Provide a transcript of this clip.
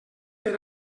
per